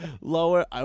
lower